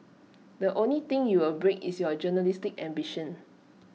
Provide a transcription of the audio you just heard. the only thing you will break is your journalistic ambition